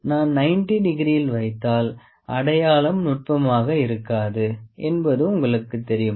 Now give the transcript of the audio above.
நான் 90 டிகிரியில் வைத்தால் அடையாளம் நுட்பமாக இருக்காது என்பது உங்களுக்கு தெரியும்